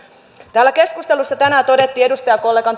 täällä keskustelussa tänään todettiin edustajakollegan